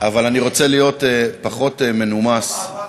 אבל אני רוצה להיות פחות מנומס מתוך אהבה גדולה.